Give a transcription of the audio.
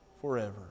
forever